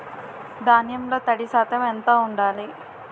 ధాన్యంలో తడి శాతం ఎంత ఉండాలి?